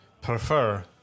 prefer